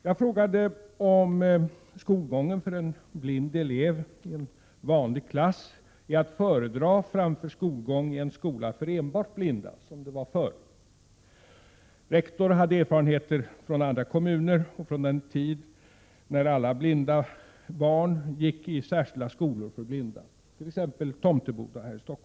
Jag frågade om skolgång för en blind elev i en vanlig klass är att föredra framför skolgång i en skola för enbart blinda, som det var förr. Rektorn hade erfarenheter från andra kommuner och från den tid när alla blinda barn gick i särskilda skolor för blinda, t.ex. Tomteboda här i Stockholm.